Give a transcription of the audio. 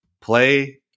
play